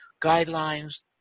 guidelines